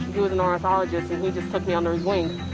he was an ornithologist, and he just took my under his wing.